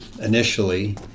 initially